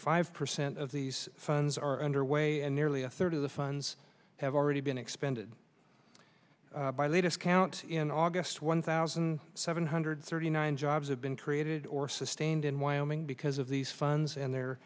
five percent of these funds are underway and nearly a third of the funds have already been expended by the latest count in august one thousand seven hundred thirty nine jobs have been created or sustained in wyoming because of these funds and the